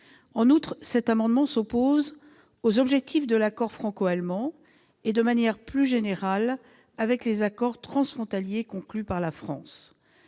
par cet amendement s'oppose aux objectifs de l'accord franco-allemand et, de manière plus générale, à ceux des accords transfrontaliers conclus par la France.